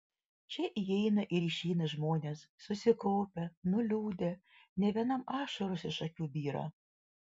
čia įeina ir išeina žmonės susikaupę nuliūdę ne vienam ašaros iš akių byra